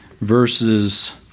Verses